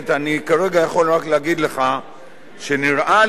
אני כרגע יכול רק להגיד לך שנראה לי